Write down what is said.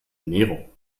ernährung